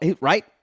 right